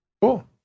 Cool